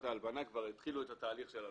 ההלבנה כבר התחילו את התהליך של ההלבנה,